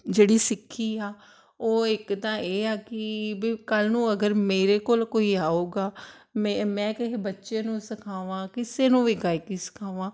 ਜਿਹੜੀ ਸਿੱਖੀ ਆ ਉਹ ਇੱਕ ਤਾਂ ਇਹ ਆ ਕਿ ਵੀ ਕੱਲ੍ਹ ਨੂੰ ਅਗਰ ਮੇਰੇ ਕੋਲ ਕੋਈ ਆਊਗਾ ਮੇ ਮੈਂ ਕਿਸੇ ਬੱਚੇ ਨੂੰ ਸਿਖਾਵਾਂ ਕਿਸੇ ਨੂੰ ਵੀ ਗਾਇਕੀ ਸਿਖਾਵਾਂ